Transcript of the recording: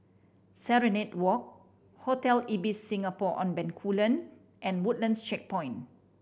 Serenade Walk Hotel Ibis Singapore On Bencoolen and Woodlands Checkpoint